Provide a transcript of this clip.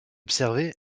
observé